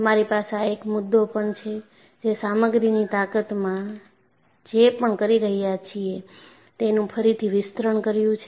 તમારી પાસે આ એક મુદ્દો પણ છે જે સામગ્રીની તાકતમાં જે પણ કરી રહ્યા છીએ તેનું ફરીથી વિસ્તરણ કર્યું છે